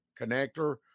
connector